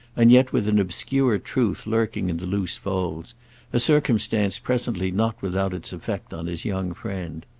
and yet with an obscure truth lurking in the loose folds a circumstance presently not without its effect on his young friend.